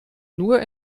nur